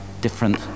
different